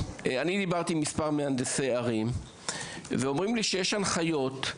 דיברתי עם מספר מהנדסי ערים ונאמר לי שיש הנחיות,